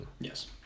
Yes